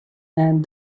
and